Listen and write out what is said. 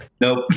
Nope